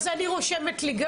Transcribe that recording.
אני רושמת לי.